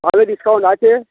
ভালই ডিসকাউন্ট আছে